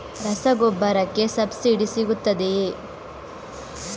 ರಸಗೊಬ್ಬರಕ್ಕೆ ಸಬ್ಸಿಡಿ ಸಿಗುತ್ತದೆಯೇ?